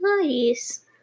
Nice